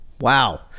Wow